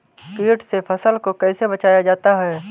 कीट से फसल को कैसे बचाया जाता हैं?